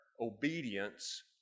obedience